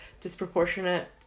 disproportionate